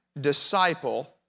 disciple